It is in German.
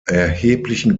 erheblichen